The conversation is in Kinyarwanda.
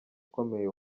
ukomeye